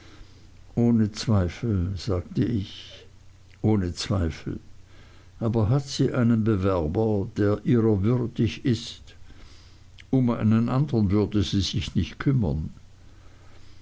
ohne zweifel sagte ich ohne zweifel aber hat sie einen bewerber der ihrer würdig ist um einen andern würde sie sich nicht kümmern